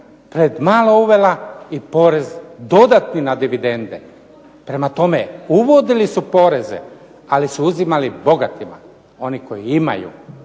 pred malo uvela i porez dodatni na dividende, prema tome uvodili su poreze, ali su uzimali bogatima, oni koji imaju,